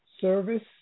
service